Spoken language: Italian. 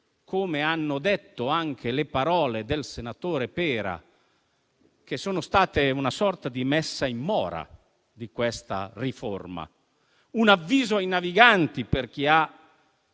In questo senso, le parole del senatore Pera sono state una sorta di messa in mora di questa riforma; un avviso ai naviganti per chi ha